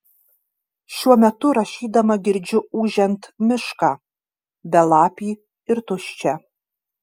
šiuo metu rašydama girdžiu ūžiant mišką belapį ir tuščią